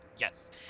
Yes